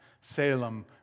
Salem